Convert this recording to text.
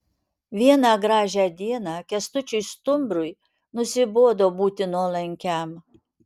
vieną gražią dieną kęstučiui stumbrui nusibodo būti nuolankiam